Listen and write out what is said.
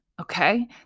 Okay